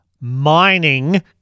mining